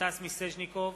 סטס מיסז'ניקוב,